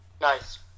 Nice